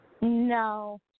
No